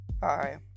bye